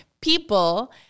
people